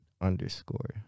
underscore